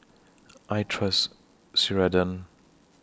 I Trust Ceradan